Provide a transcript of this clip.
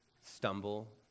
stumble